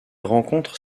rencontre